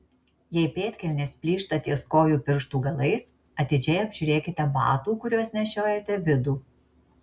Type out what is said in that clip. jei pėdkelnės plyšta ties kojų pirštų galais atidžiai apžiūrėkite batų kuriuos nešiojate vidų